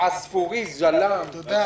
11:00.